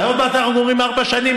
עוד מעט אנחנו גומרים ארבע שנים,